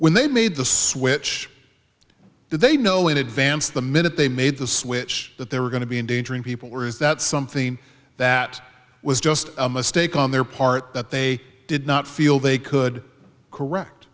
when they made the switch did they know in advance the minute they made the switch that they were going to be endangering people or is that something that was just a mistake on their part that they did not feel they could correct